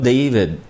David